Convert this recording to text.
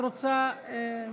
את רוצה?